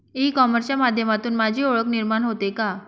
E कॉमर्सच्या माध्यमातून माझी ओळख निर्माण होते का?